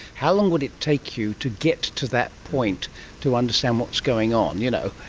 how long would it take you to get to that point to understand what's going on, you know,